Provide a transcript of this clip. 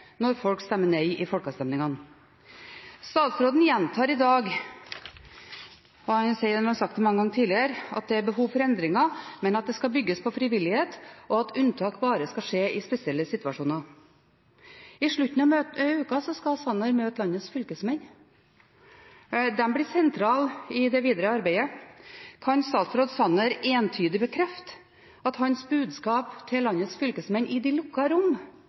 når folk stemmer nei i folkeavstemningene. Statsråden gjentar i dag – han har sagt det mange ganger tidligere – at det er behov for endringer, men at det skal bygges på frivillighet, og at unntak bare skal skje i spesielle situasjoner. I slutten av uka skal Sanner møte landets fylkesmenn. De blir sentrale i det videre arbeidet. Kan statsråd Sanner entydig bekrefte at hans budskap til landets fylkesmenn i de lukkede rom